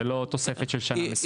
זה לא תוספת של שנה מסוימת.